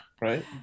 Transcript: right